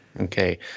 Okay